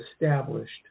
established